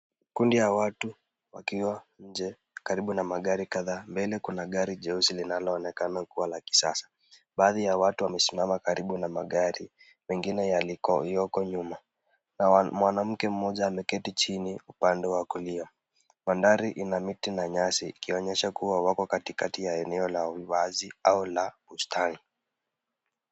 Kundi ya watu wakiwa nje karibu na magari kadhaa, mbele kuna gari jeusi linaloonekana kuwa la kisasa. Baadhi ya watu wamesimama karibu na magari mengine yaliyoko nyuma na mwanamke mmoja ameketi chini upande wa kulia. Bandari ina miti na nyasi ikionyesha kuwa wako katikati ya eneo la uwazi au la bustani.